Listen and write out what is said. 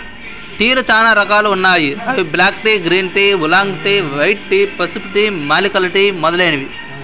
టీలు చానా రకాలు ఉన్నాయి అవి black tea, green tea, oolong tea, white tea, పసుపు టీ, మూలికల టీ మొదలైనవి